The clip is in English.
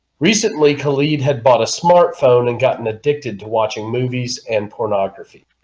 recently khalid had bought a smartphone and gotten addicted to watching movies and pornography